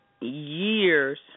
years